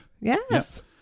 yes